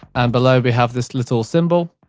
and below we have this little symbol,